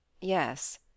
Yes